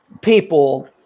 people